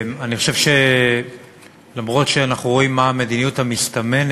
אני חושב שאף שאנחנו רואים מה המדיניות המסתמנת